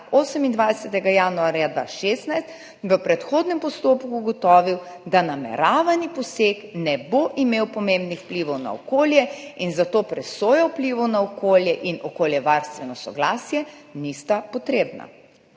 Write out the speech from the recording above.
28. januarja 2016 v predhodnem postopku ugotovil, da nameravani poseg ne bo imel pomembnih vplivov na okolje in zato presoja vplivov na okolje in okoljevarstveno soglasje nista potrebna.